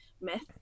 myth